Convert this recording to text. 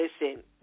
listen